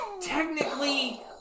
Technically